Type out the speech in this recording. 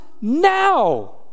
now